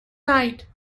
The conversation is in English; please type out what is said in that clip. night